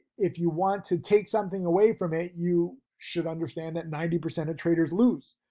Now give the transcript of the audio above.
if you want to take something away from it you should understand that ninety percent of traders lose.